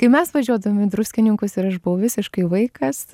kai mes važiuodavom į druskininkus ir aš buvau visiškai vaikas